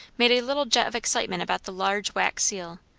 made a little jet of excitement about the large wax seal,